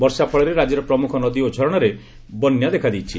ବର୍ଷା ଫଳରେ ରାଜ୍ୟର ପ୍ରମୁଖ ନଦୀ ଓ ଝରଣାରେ ବନ୍ୟା ଦେଖାଦେଇଛି